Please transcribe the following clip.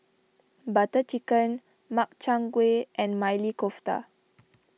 Butter Chicken Makchang Gui and Maili Kofta